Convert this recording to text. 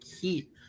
heat